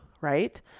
right